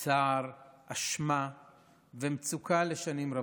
צער, אשמה ומצוקה לשנים רבות.